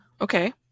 Okay